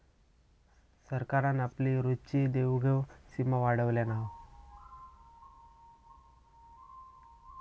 सरकारान आपली रोजची देवघेव सीमा वाढयल्यान हा